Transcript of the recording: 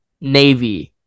Navy